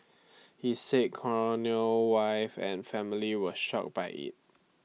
he said Cornell wife and family were shocked by IT